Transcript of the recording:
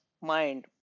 mind